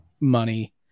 money